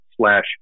slash